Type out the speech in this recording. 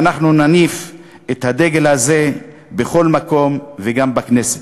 ואנחנו נניף את הדגל הזה בכל מקום, וגם בכנסת.